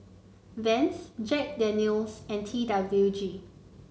Vans Jack Daniel's and T W G